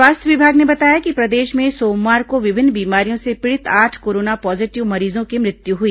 स्वास्थ्य विभाग ने बताया कि प्रदेश में सोमवार को विभिन्न बीमारियों से पीड़ित आठ कोरोना पॉजिटिव मरीजों की मृत्यु हुई